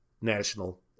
National